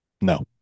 No